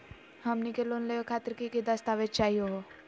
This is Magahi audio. हमनी के लोन लेवे खातीर की की दस्तावेज चाहीयो हो?